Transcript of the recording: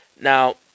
now